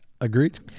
Agreed